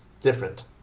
different